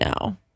no